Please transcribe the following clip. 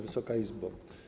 Wysoka Izbo!